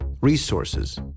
resources